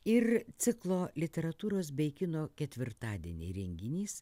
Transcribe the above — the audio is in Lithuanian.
ir ciklo literatūros bei kino ketvirtadieniai renginys